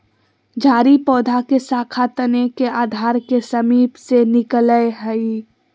झाड़ी पौधा के शाखा तने के आधार के समीप से निकलैय हइ